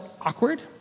awkward